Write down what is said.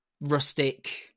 rustic